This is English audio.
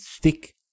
thick